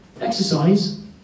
exercise